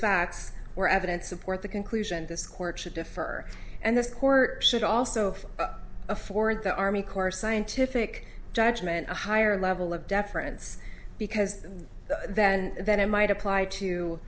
facts or evidence support the conclusion this court should defer and this court should also afford the army corps scientific judgment a higher level of deference because that and then it might apply to